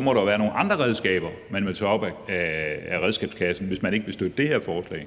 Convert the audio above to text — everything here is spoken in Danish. må der jo være nogle andre redskaber, man kan tage op af redskabskassen, hvis ikke man vil støtte det her forslag.